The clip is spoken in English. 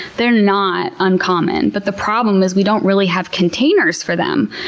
they're not uncommon. but the problem is, we don't really have containers for them.